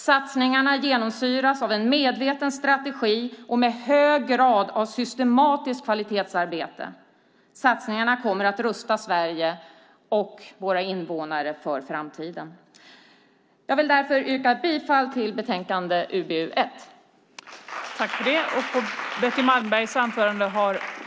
Satsningarna genomsyras av en medveten strategi och hög grad av systematiskt kvalitetsarbete. Satsningarna kommer att rusta Sverige och våra invånare för framtiden. Jag vill därför yrka bifall till förslaget i betänkandet UbU1.